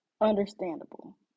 understandable